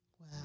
Wow